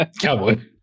Cowboy